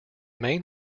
main